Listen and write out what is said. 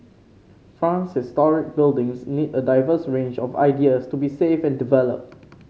France historic buildings need a diverse range of ideas to be saved and developed